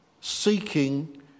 seeking